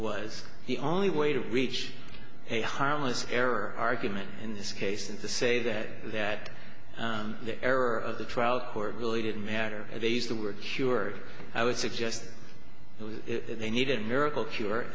was the only way to reach a harmless error argument in this case and to say that that the error of the trial court really didn't matter if they used the word cured i would suggest that they needed a miracle cure